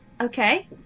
okay